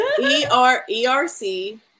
E-R-E-R-C